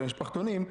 של המשפחתונים,